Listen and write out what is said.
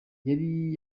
yari